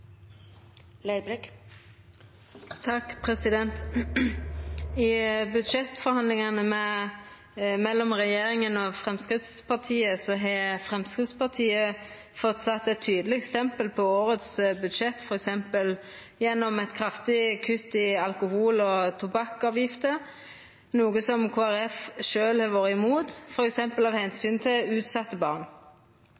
I budsjettforhandlingane mellom regjeringa og Framstegspartiet har Framstegspartiet fått sett eit tydeleg stempel på årets budsjett, f.eks. gjennom eit kraftig kutt i alkohol- og tobakksavgifter, noko Kristeleg Folkeparti har vore imot, bl.a. av